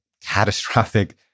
catastrophic